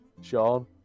Sean